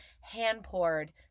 hand-poured